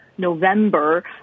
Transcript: November